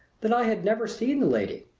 that i had never seen the lady.